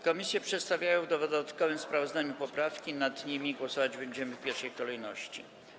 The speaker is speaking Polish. Komisja przedstawia w dodatkowym sprawozdaniu poprawki, nad którymi głosować będziemy w pierwszej kolejności.